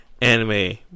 anime